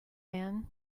man